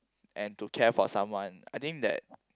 and to care for someone I think that